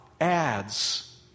adds